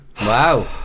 Wow